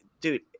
dude